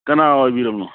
ꯀꯅꯥ ꯑꯣꯏꯕꯤꯔꯕꯅꯣ